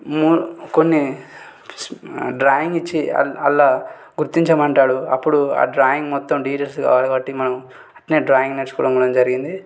moon కొన్ని drawing ఇచ్చి అల్ అందులో గుర్తించమంటాడు అప్పుడు ఆ డ్రాయింగ్ మొత్తం డీటెయిల్స్ కావాలి కాబట్టి మనం అలానే డ్రాయింగ్ నేర్చుకోవడం కూడా జరిగింది